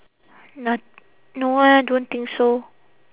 not~ no eh don't think so